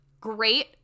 great